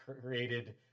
created